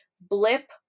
blip